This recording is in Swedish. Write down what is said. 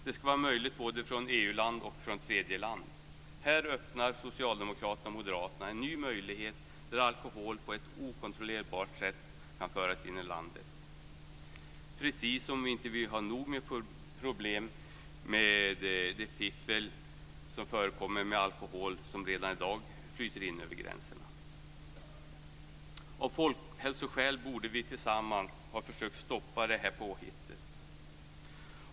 Det ska vara möjligt både från EU-land och från tredje land. Här öppnar Socialdemokraterna och Moderaterna en ny möjlighet, där alkohol på ett okontrollerbart sätt kan föras in i landet. Precis som om vi inte har nog med problem med det fiffel som förekommer med alkohol, som redan i dag flyter in över gränserna! Av folkhälsoskäl borde vi tillsammans ha försökt stoppa det här påhittet.